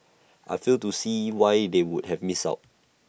I fail to see why they would have missed out